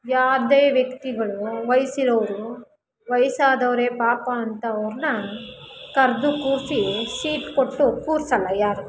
ಯಾವುದೇ ವ್ಯಕ್ತಿಗಳು ವಯಸ್ಸಿರೋರು ವಯಸ್ಸಾದವರೆ ಪಾಪ ಅಂತ ಅವ್ರನ್ನ ಕರೆದು ಕೂರಿಸಿ ಸೀಟ್ ಕೊಟ್ಟು ಕೂರಿಸಲ್ಲ ಯಾರು